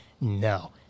no